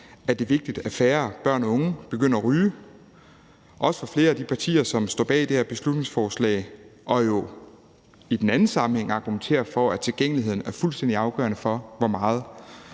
at det er vigtigt, at færre børn og unge begynder at ryge, også blandt flere af de partier, som står bag det her beslutningsforslag, og som jo i den anden sammenhæng argumenterer for, at tilgængeligheden er fuldstændig afgørende for, hvor meget